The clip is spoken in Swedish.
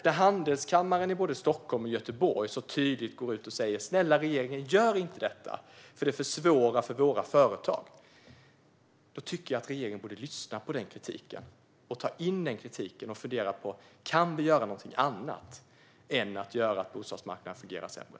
När handelskamrarna i både Stockholm och Göteborg tydligt går ut och säger "snälla regeringen, gör inte detta, för det försvårar för våra företag" tycker jag att regeringen borde lyssna på och ta in kritiken. Regeringen borde fundera på om man kan göra något annat än att göra så att bostadsmarknaden fungerar sämre.